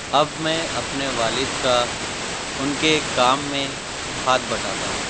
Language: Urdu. اب میں اپنے والد کا ان کے کام میں ہاتھ بٹاتا ہوں